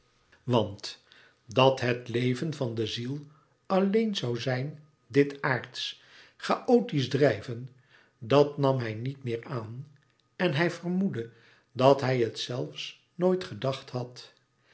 want dat het leven van de ziel alleen zoû zijn dit aardsch chaotisch drijven dat nam hij niet meer aan en hij vermoedde dat hij het zelfs nooit gedacht had